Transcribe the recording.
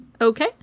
Okay